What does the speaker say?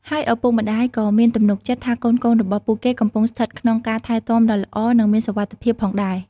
ហើយឪពុកម្តាយក៏មានទំនុកចិត្តថាកូនៗរបស់ពួកគេកំពុងស្ថិតក្នុងការថែទាំដ៏ល្អ និងមានសុវត្ថិភាពផងដែរ។